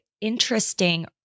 interesting